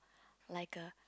like a